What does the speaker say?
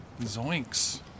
Zoinks